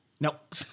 Nope